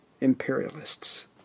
imperialists